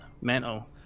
mental